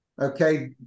Okay